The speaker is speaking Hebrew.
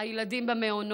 על הילדים במעונות.